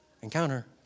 Encounter